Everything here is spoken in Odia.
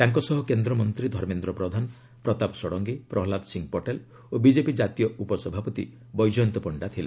ତାଙ୍କ ସହ କେନ୍ଦ୍ରମନ୍ତ୍ର ଧର୍ମେନ୍ଦ୍ର ପ୍ରଧାନ ପ୍ରତାପ ଷଡ଼ଙ୍ଗୀ ପ୍ରହଲ୍ଲାଦସିଂହ ପଟେଲ ଓ ବିଜେପି ଜାତୀୟ ଉପସଭାପତି ବୈଜୟନ୍ତ ପଣ୍ଡା ଥିଲେ